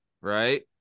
Right